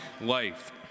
life